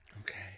Okay